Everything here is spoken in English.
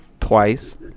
twice